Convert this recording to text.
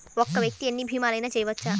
ఒక్క వ్యక్తి ఎన్ని భీమలయినా చేయవచ్చా?